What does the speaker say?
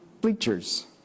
bleachers